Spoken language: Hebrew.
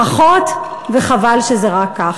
ברכות, וחבל שזה רק כך.